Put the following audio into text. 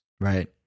Right